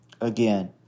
again